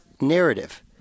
narrative